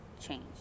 change